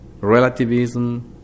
relativism